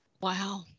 wow